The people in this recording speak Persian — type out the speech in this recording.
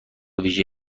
ویژه